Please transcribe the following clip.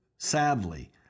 Sadly